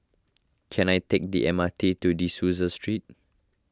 can I take the M R T to De Souza Street